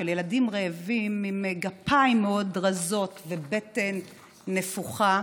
של ילדים רעבים עם גפיים מאוד רזות ובטן נפוחה,